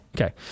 Okay